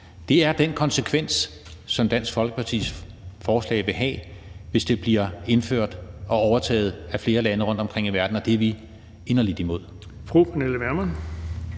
Det er den konsekvens, som Dansk Folkepartis forslag vil have, hvis det bliver indført og overtaget af flere lande rundtomkring i verden, og det er vi inderligt imod.